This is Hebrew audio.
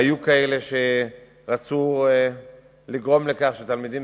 היו כאלה שרצו לגרום לכך שתלמידים